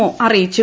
O അറിയിച്ചു